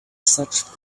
such